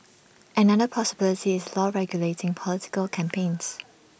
another possibility is law regulating political campaigns